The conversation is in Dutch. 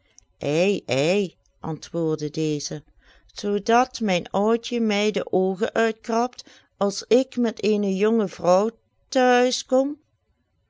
ei antwoordde deze zoodat mijn oudje mij de oogen uitkrabt als ik met eene jonge vrouw